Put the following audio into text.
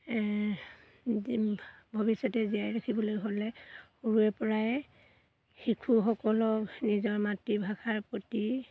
ভৱিষ্যতে জীয়াই ৰাখিবলৈ হ'লে সৰুৰে পৰাই শিশুসকলক নিজৰ মাতৃভাষাৰ প্ৰতি